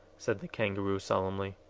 said the kangaroo, solemnly.